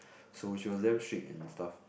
so she was damn strict and stuff